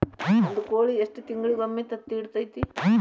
ಒಂದ್ ಕೋಳಿ ಎಷ್ಟ ತಿಂಗಳಿಗೊಮ್ಮೆ ತತ್ತಿ ಇಡತೈತಿ?